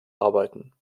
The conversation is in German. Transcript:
arbeiten